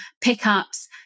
pickups